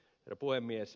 herra puhemies